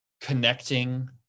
connecting